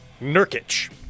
Nurkic